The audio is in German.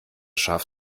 schaf